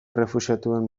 errefuxiatuen